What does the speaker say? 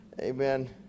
Amen